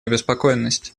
обеспокоенность